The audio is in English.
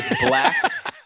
blacks